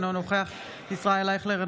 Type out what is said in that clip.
אינו נוכח ישראל אייכלר,